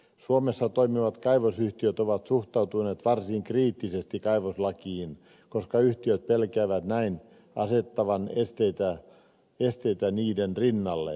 suomessa toimivat kaivosyhtiöt ovat suhtautuneet varsin kriittisesti kaivoslakiin koska yhtiöt pelkäävät näiden asettavan esteitä niiden rinnalle